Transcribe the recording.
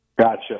Gotcha